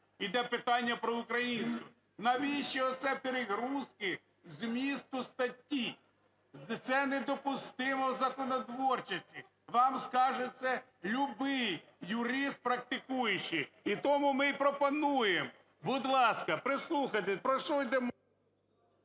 Іде питання про українську. Навіщо оці перегрузки змісту статті? Це недопустимо в законотворчості. Вам скаже це любий юрист практикуючий. І тому ми і пропонуємо, будь ласка, прислухайтеся, про що йде